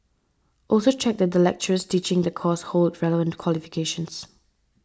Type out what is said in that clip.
also check that the lecturers teaching the course hold relevant qualifications